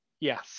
Yes